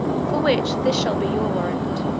for which this shall be your warrant.